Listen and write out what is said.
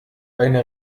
eine